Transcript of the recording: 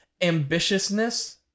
ambitiousness